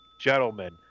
gentlemen